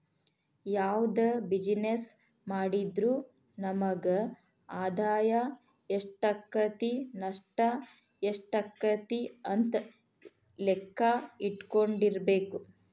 ಯಾವ್ದ ಬಿಜಿನೆಸ್ಸ್ ಮಾಡಿದ್ರು ನಮಗ ಆದಾಯಾ ಎಷ್ಟಾಕ್ಕತಿ ನಷ್ಟ ಯೆಷ್ಟಾಕ್ಕತಿ ಅಂತ್ ಲೆಕ್ಕಾ ಇಟ್ಕೊಂಡಿರ್ಬೆಕು